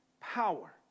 power